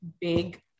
big